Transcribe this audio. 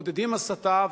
מעודדים הסתה,